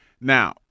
Now